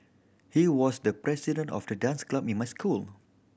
he was the president of the dance club in my school